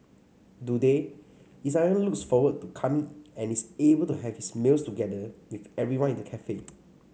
today Isaiah looks forward to coming and is able to have his meals together with everyone in the cafe